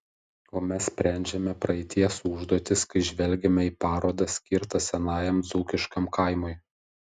o mes sprendžiame praeities užduotis kai žvelgiame į parodą skirtą senajam dzūkiškam kaimui